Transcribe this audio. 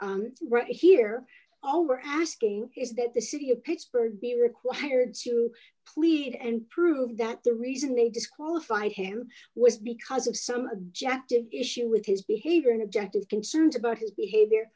test here all we're asking is that the city of pittsburgh be required to plead and prove that the reason they disqualify him was because of some objective issue with his behavior an objective concerns about his behavior